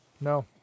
No